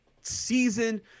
season